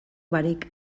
barik